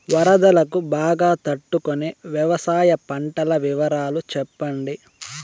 వరదలకు బాగా తట్టు కొనే వ్యవసాయ పంటల వివరాలు చెప్పండి?